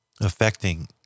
affecting